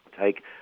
take